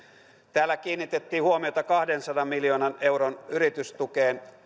täällä kiinnitettiin huomiota kahdensadan miljoonan euron yritystukeen